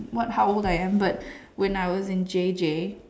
what how old I am but when I was in J_J